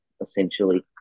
essentially